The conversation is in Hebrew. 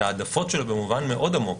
את ההעדפות שלו במובן מאוד עמוק.